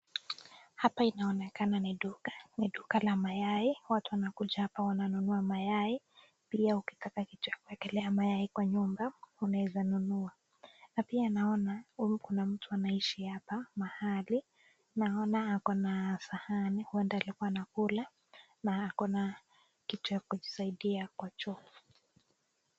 Hapa inaonekana ni duka, ni duka la mayai. Watu wanakuja hapa wananunua mayai. Pia ukitaka kitu ya kuwekelea mayai kwa nyumba unaweza nunua .na pia naona kuna mtu anaishi hapa mahali. Naona ako na sahani huenda alikuwa anakula na ako na kitu ya kujisaidia kwa choo.